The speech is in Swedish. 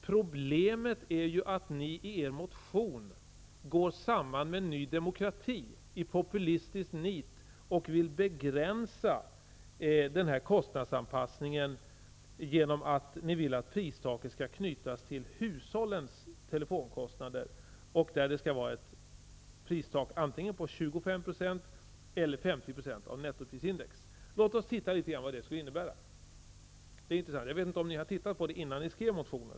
Problemet är att ni i populistisk nit går samman med Ny Demokrati i en motion och vill begränsa kostnadsanpassningen genom att kräva att pristaket skall knytas till hushållens telefonkostnader. Ni vill att pristaket skall vara antingen 25 % eller 50 % av nettoprisindex. Låt oss titta på vad det skulle innebära. Jag vet inte om ni har tittat på det innan ni skrev motionen.